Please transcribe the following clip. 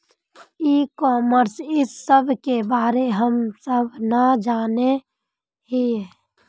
ई commerce इस सब के बारे हम सब ना जाने हीये?